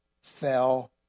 fell